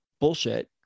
bullshit